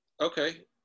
Okay